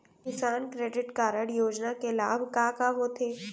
किसान credit card योजना के लाभ का का होथे?